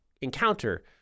encounter